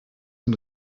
den